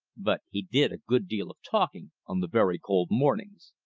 but he did a good deal of talking on the very cold mornings.